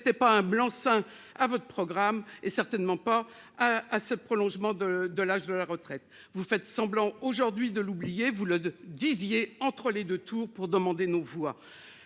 n'était pas un blanc-seing à votre programme et certainement pas. À ce prolongement de de l'âge de la retraite. Vous faites semblant aujourd'hui de l'oublier, vous le disiez entre les 2 tours pour demander nos voix.